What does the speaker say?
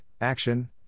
action